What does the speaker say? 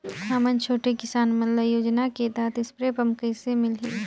हमन छोटे किसान मन ल योजना के तहत स्प्रे पम्प कइसे मिलही?